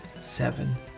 seven